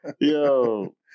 Yo